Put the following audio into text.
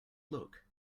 look